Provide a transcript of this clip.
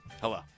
Hello